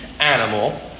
animal